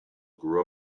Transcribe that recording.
grew